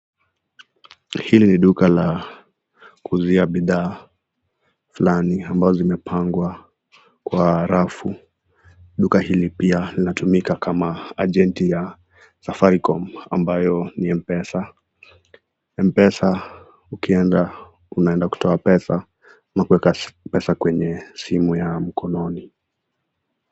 Hili ni duka la kuuzia bidhaa fulani ambazo zimepangwa kwa rafu duka hili pia linatumika kama agenti ya safaricom ambayo ni mpesa. Mpesa ukienda unaenda kutoa pesa ama kuweka pesa kwa simu ya mkononi.